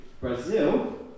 Brazil